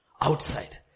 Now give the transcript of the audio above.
Outside